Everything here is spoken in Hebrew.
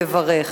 לברך